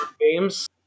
games